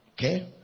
Okay